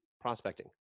prospecting